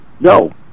No